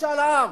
משאל עם.